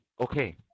okay